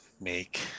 make